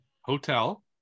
hotel